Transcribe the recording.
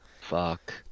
Fuck